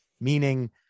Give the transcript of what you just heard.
Meaning